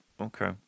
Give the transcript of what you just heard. Okay